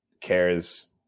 cares